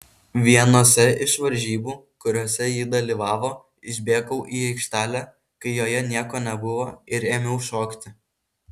vienose iš varžybų kuriose ji dalyvavo išbėgau į aikštelę kai joje nieko nebuvo ir ėmiau šokti